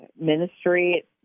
ministry